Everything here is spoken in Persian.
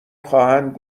خواهند